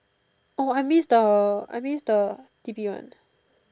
oh I miss the I miss the T_P one